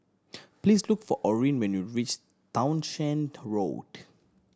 please look for Orrin when you reach Townshend Road